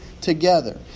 together